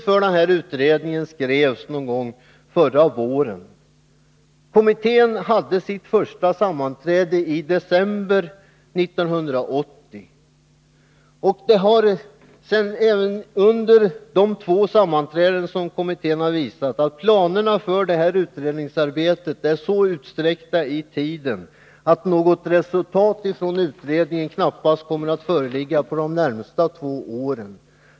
Direktiven för utredningen skrevs någon gång förra våren, och kommittén hade sitt första sammanträde i december 1980. Efter Om jordbrukspoli de två sammanträden som kommittén har haft har det visat sig att planerna — jiken för utredningsarbetet är så utsträckta i tiden att något utredningsresultat knappast kan föreligga under de närmaste två åren.